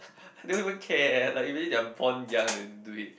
they won't even care like really born young they will do it